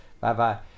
Bye-bye